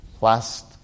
Last